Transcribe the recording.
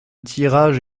tirage